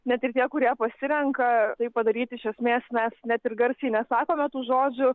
net ir tie kurie pasirenka tai padaryti iš esmės mes net ir garsiai nesakome tų žodžių